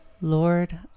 Lord